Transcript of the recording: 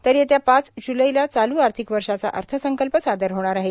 तर येत्या पाच जुलैला चालू आर्थिक वर्षाचा अर्थसंकल्प सादर होणार आहे